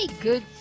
good